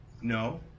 No